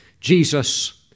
Jesus